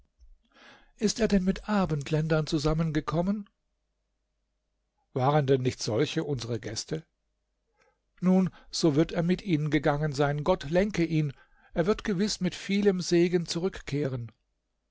ist er denn mit abendländern zusammengekommen waren denn nicht solche unsere gäste nun so wird er mit ihnen gegangen sein gott lenke ihn er wird gewiß mit vielem segen zurückkehren